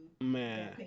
Man